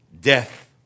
death